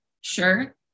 Sure